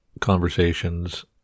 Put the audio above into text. conversations